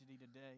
today